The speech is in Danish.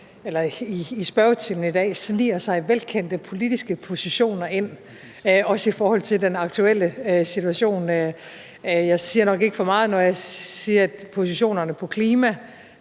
der i spørgetimen i dag sniger sig velkendte politiske positioner ind, også i forhold til den aktuelle situation. Jeg siger nok ikke for meget, når jeg siger, at positionerne på klima,